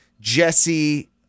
Jesse